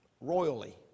royally